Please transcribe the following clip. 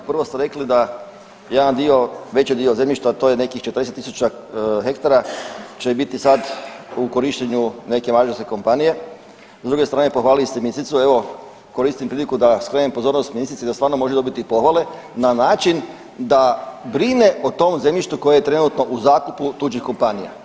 Prvo ste rekli da jedan dio, veći dio zemljišta, a to je nekih 40.000 hektara će biti sad u korištenju neke mađarske kompanije, s druga strane pohvalili ste ministricu, evo koristim priliku da skrenem pozornost ministrici da stvarno može dobiti pohvale na način da brine o tom zemljištu koje je trenutno u zakupu tuđih kompanija.